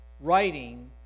writing